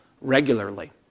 regularly